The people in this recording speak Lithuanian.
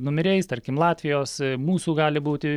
numeriais tarkim latvijos mūsų gali būti